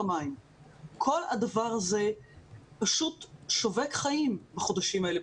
כל הדבר הזה פשוט שובק חיים בחודשים האלה.